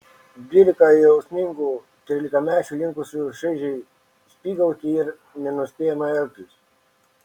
dvylika jausmingų trylikamečių linkusių šaižiai spygauti ir nenuspėjamai elgtis